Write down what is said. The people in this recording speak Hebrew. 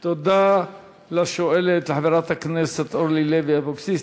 תודה לשואלת, חברת הכנסת אורלי לוי אבקסיס.